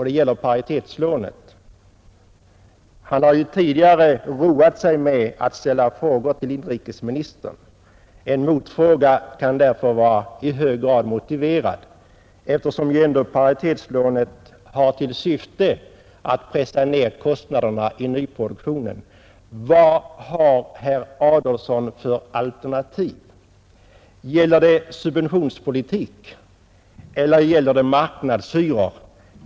Den gäller paritetslånet. Han har ju tidigare roat sig med att ,ställa frågor till inrikesministern. En motfråga kan därför vara i hög grad motiverad, eftersom ändå paritetslånet har till syfte att pressa ned kostnaderna i nyproduktionen: Vad har herr Adolfsson för alternativ? Gäller det subventionspolitik eller gäller det marknadshyror?